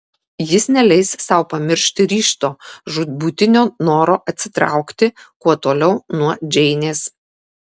jis neleis sau pamiršti ryžto žūtbūtinio noro atsitraukti kuo toliau nuo džeinės